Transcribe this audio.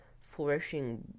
flourishing